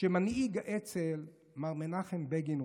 שמנהיג האצ"ל מר מנחם בגין,